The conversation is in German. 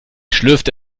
schlürfte